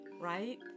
Right